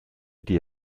die